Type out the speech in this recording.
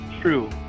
True